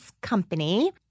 Company